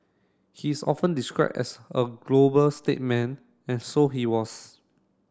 he is often described as a global stateman and so he was